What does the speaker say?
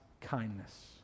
kindness